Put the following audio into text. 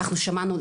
אנחנו שמענו,